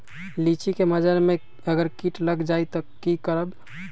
लिचि क मजर म अगर किट लग जाई त की करब?